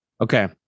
Okay